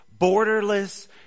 borderless